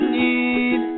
need